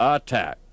Attack